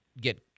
get